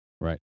Right